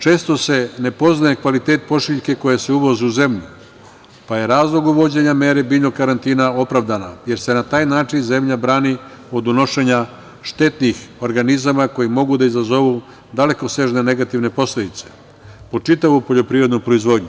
Često se ne poznaje kvalitet pošiljke koja se uvozi u zemlju, pa je razlog uvođenja mere biljnog karantina opravdana, jer se na taj način zemlja brani od unošenja štetnih organizama koji mogu da izazovu dalekosežne negativne posledice po čitavu poljoprivrednu proizvodnju.